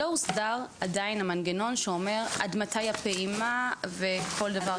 לא הוסדר עדיין המנגנון שאומר עד מתי הפעימה וכל דבר כזה.